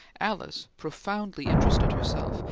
alice, profoundly interested herself,